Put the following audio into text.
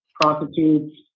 prostitutes